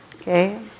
Okay